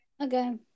Okay